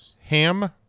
Ham